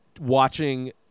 watching